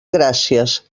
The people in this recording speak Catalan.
gràcies